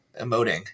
emoting